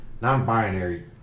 Non-binary